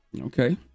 Okay